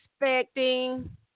expecting